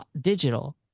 digital